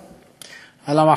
על המחלוקות בישראל.